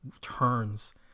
turns